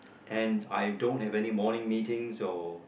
and I don't have any morning meetings or